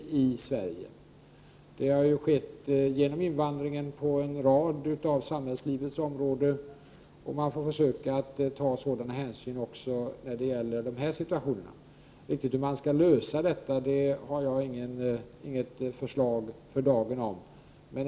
Genom invandringen har det ju förekommit förändringar på en rad olika samhällsområden. Man får försöka ta hänsyn också i sådana här situationer. Exakt hur en lösning kan åstadkommas kan jag för dagen inte uttala mig om.